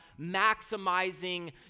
maximizing